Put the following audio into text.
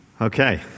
Okay